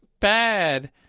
bad